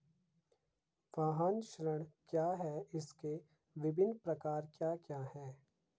वाहन ऋण क्या है इसके विभिन्न प्रकार क्या क्या हैं?